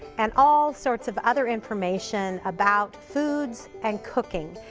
and all sorts of other information about foods and cooking.